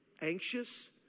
anxious